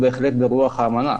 והוא ברוח האמנה.